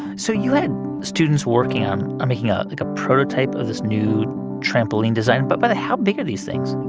so you had students working on making, ah like, a prototype of this new trampoline design. but but how big are these things?